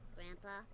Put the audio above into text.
Grandpa